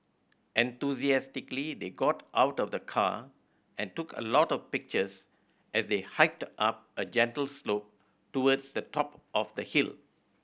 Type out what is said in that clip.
enthusiastically they got out of the car and took a lot of pictures as they hiked up a gentle slope towards the top of the hill